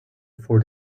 for